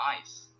Nice